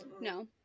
no